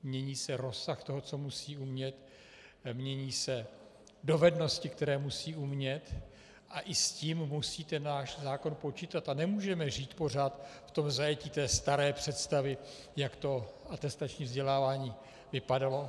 Mění se rozsah toho, co musí umět, mění se dovednosti, které musí umět, a i s tím musí náš zákon počítat a nemůžeme žít pořádat v zajetí staré představy, jak to atestační vzdělávání vypadalo.